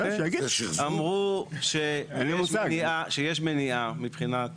הם אמרו שיש מניעה מבחינת